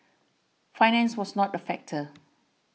finance was not a factor